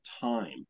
time